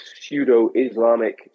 pseudo-Islamic